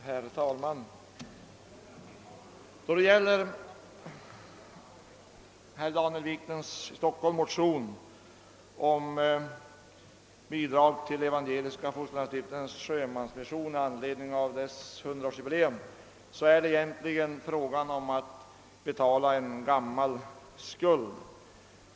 Herr talman! Detta ärende med anledning av Daniel Wiklunds motion om bidrag till Evangeliska fosterlandsstiftelsens sjömansmission vid dess 100 årsjubileum gäller egentligen betalning av en gammal skuld.